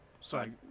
Sorry